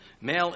male